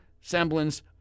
semblance